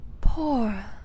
Poor